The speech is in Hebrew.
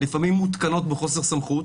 לפעמים מותקנות בחוסר סמכות